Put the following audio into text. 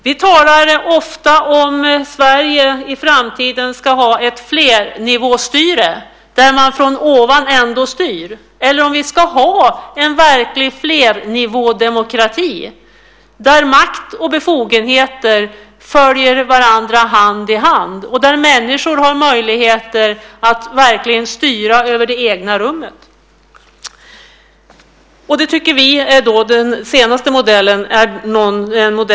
Vi talar ofta om ifall Sverige i framtiden ska ha ett flernivåstyre, där man trots allt styr från ovan, eller ifall vi ska ha en verklig flernivådemokrati där makt och befogenheter följer varandra hand i hand och där människor har möjlighet att verkligen styra över det egna rummet. Vi förespråkar och vill utveckla den senare modellen.